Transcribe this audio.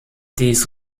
dies